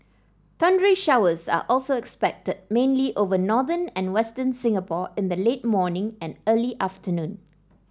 thundery showers are also expected mainly over northern and western Singapore in the late morning and early afternoon